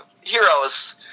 Heroes